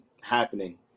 happening